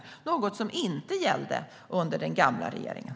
Det är något som inte gällde under den gamla regeringen.